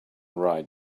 write